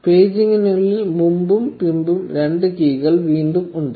പേജിംഗിനുള്ളിൽ മുമ്പും പിന്നെയും രണ്ട് കീകൾ വീണ്ടും ഉണ്ട്